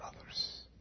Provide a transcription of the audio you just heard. others